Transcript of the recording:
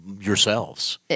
yourselves